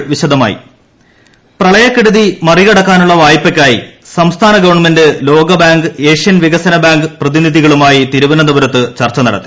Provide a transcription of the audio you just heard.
പ്രളയം വായ്പ പ്രളയക്കെടുതി മറികടക്കാനുളള വായ്പയ്ക്കായി സംസ്ഥാന ഗവൺമെന്റ് ലോകബാങ്ക് ഏഷ്യൻ വികസന ബാങ്ക് പ്രതിനിധികളുമായി തിരുവനന്തപുരത്ത് ചർച്ച നടത്തി